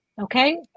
okay